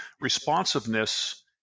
Responsiveness